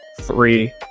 three